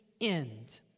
end